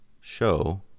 show